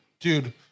Dude